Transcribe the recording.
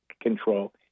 control